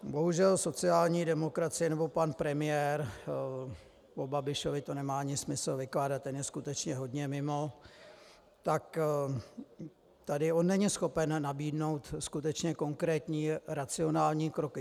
Bohužel sociální demokracie, nebo pan premiér, o Babišovi to nemá ani smysl vykládat, ten je skutečně hodně mimo, tak tady on není schopen nabídnout skutečně konkrétní racionální kroky.